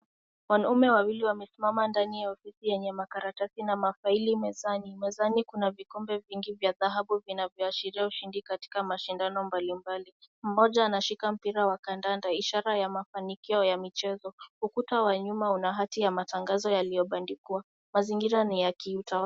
Wanaume wawili wamesimama ndani ya ofisi yenye makaratasi na mafaili mezani. Mezani kuna vikombe vingi za dhahabu, vinahashiria ushindi katika mashindano mbalimbali. Mmoja anashika mpira wa kandanda, ishara ya mafanikio ya michezo. Ukuta wa nyuma una hati ya matangazo yaliyobandikwa. Mazingira ni ya kiutawala